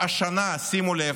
שימו לב,